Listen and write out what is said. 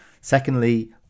Secondly